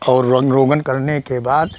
और रंग रोगन करने के बाद